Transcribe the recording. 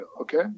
okay